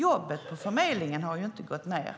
Jobbet på förmedlingen har ju inte gått ned.